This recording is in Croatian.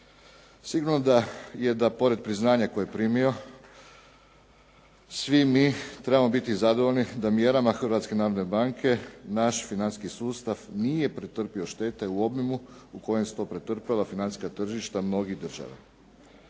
Sigurno da je da pored priznanja kojeg je primio svi mi trebamo biti zadovoljni da mjerama Hrvatske banke naš financijski sustav nije pretrpio štete u obimu u kojem su to pretrpila financijska tržišta mnogih država.